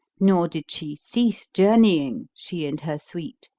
nor did she cease journeying, she and her suite,